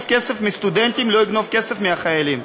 כסף מסטודנטים, לא יגנוב כסף מחיילים.